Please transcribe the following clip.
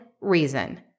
reason